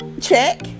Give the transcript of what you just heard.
check